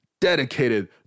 dedicated